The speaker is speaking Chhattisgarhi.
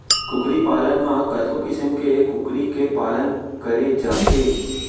कुकरी पालन म कतको किसम के कुकरी के पालन करे जाथे